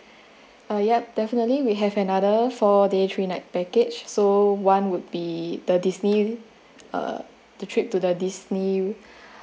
uh yup definitely we have another four day three night package so one would be the Disney uh the trip to the Disney